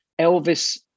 Elvis